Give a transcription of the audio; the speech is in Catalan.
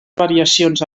variacions